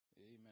Amen